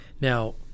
Now